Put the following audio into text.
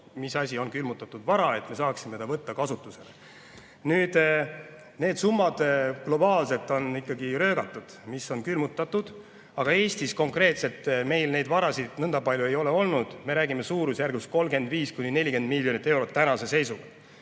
mis asi on külmutatud vara, et me saaksime ta võtta kasutusele. Nüüd, need summad globaalselt on ikkagi röögatud, mis on külmutatud. Eestis konkreetselt meil neid varasid nõnda palju ei ole olnud, me räägime suurusjärgust 35–40 miljonit eurot tänase seisuga.